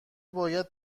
باید